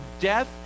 death